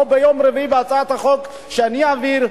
או ביום רביעי בהצעת החוק שאני אביא,